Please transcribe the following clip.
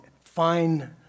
fine